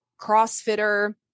crossfitter